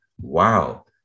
Wow